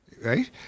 Right